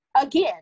again